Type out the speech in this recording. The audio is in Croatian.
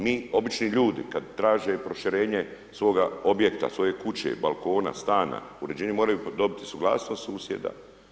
Mi obični ljudi, kada traže proširenje svoga objekta, svoje kuće, balkona, stana, uređenje moraju dobiti suglasnost susjeda.